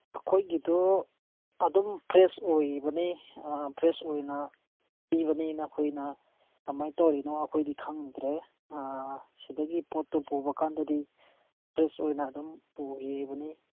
ꯑꯩꯈꯣꯏꯒꯤꯗꯨ ꯑꯗꯨꯝ ꯐ꯭ꯔꯦꯁ ꯑꯣꯏꯕꯅꯤ ꯐ꯭ꯔꯦꯁ ꯑꯣꯏꯅ ꯄꯤꯕꯅꯤ ꯅꯈꯣꯏꯅ ꯀꯃꯥꯏꯅ ꯇꯧꯔꯤꯅꯣ ꯑꯩꯈꯣꯏꯗꯤ ꯈꯪꯗ꯭ꯔꯦ ꯁꯤꯗꯒꯤ ꯄꯣꯠꯇꯣ ꯄꯨꯕ ꯀꯥꯟꯗꯗꯤ ꯐ꯭ꯔꯦꯁ ꯑꯣꯏꯅ ꯑꯗꯨꯝ ꯄꯨꯈꯤꯕꯅꯤ